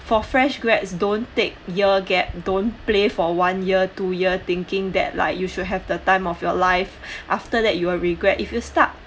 for fresh grads don't take year gap don't play for one year two year thinking that like you should have the time of your life after that you will regret if you start